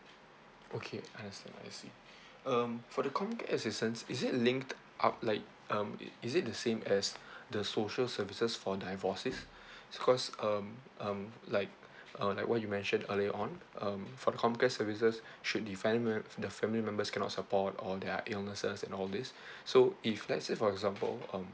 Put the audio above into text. okay understand I see um for the comcare assistance is it linked up like um it is it the same as the social services for divorces cause um um like uh like what you mentioned earlier on um for the comcare services should the family mem~ the family members cannot support all their illnesses and all this so if let's say for example um